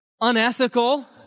unethical